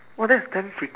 !wah! that's damn fre~